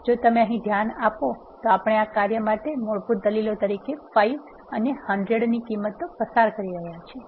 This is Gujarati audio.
જો તમે અહીં ધ્યાન આપો તો આપણે આ કાર્ય માટે મૂળભૂત દલીલો તરીકે 5 અને 100 ની કિંમતો પસાર કરી રહ્યા છીએ